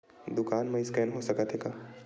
दुकान मा स्कैन हो सकत हे का?